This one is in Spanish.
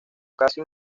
casi